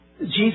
Jesus